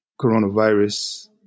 coronavirus